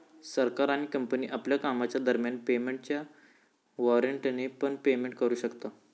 सरकार आणि कंपनी आपल्या कामाच्या दरम्यान पेमेंटच्या वॉरेंटने पण पेमेंट करू शकता